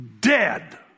dead